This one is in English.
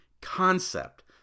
concept